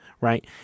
right